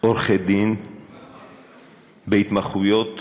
עורכי-דין בהתמחויות